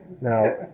Now